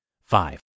Five